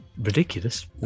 ridiculous